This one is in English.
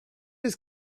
his